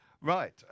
Right